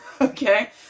okay